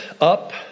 up